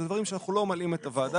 אלה דברים שאנחנו לא מלאים את הוועדה